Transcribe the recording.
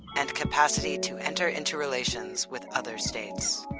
and capacity to enter into relations with other states.